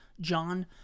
John